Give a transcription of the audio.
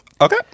Okay